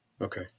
okay